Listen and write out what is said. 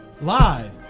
live